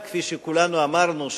כפי שכולנו אמרנו,